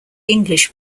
english